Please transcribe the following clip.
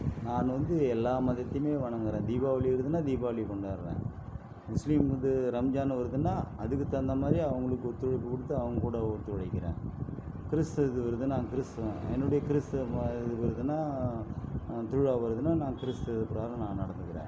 நான் வந்து எல்லா மதத்தையுமே வணங்குகிறேன் தீபாவளி வருதுன்னால் தீபாவளி கொண்டாடுறேன் முஸ்லீம் வந்து ரம்ஜான் வருதுன்னால் அதுக்கு தகுந்த மாதிரி அவங்களுக்கு ஒத்துழைப்பு கொடுத்து அவங்கக்கூட ஒத்துழைக்கிறேன் கிறிஸ்த்து இது வருதுன்னால் நான் கிறிஸ்த்துவன் என்னுடைய கிறிஸ்த்துவ ம இது வருதுன்னால் திருவிழா வருதுன்னால் நான் கிறிஸ்த்துவ பிரகாரம் நான் நடந்துக்கிறேன்